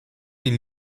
die